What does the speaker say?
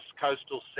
coastal